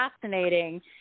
fascinating